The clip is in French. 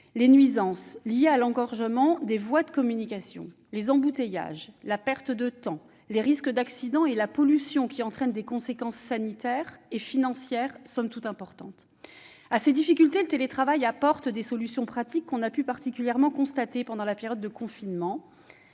les nuisances liées à l'engorgement des voies de communication, les embouteillages, la perte de temps, ainsi que les risques d'accident et la pollution qui ont des conséquences sanitaires et financières somme toute importantes. À ces difficultés, le télétravail apporte des solutions pratiques, que l'on a pu particulièrement observer pendant la période de confinement.